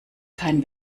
kein